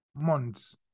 months